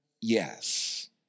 yes